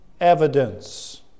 evidence